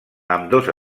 ambdós